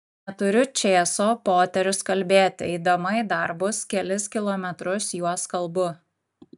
neturiu čėso poterius kalbėti eidama į darbus kelis kilometrus juos kalbu